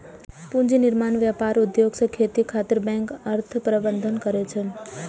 पूंजी निर्माण, व्यापार, उद्योग आ खेती खातिर बैंक अर्थ प्रबंधन करै छै